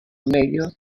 medio